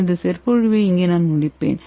எனது சொற்பொழிவை இங்கே முடிக்கிறேன்